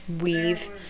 Weave